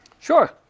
Sure